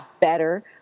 better